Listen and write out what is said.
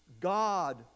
God